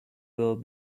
will